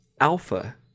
alpha